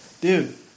Dude